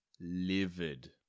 livid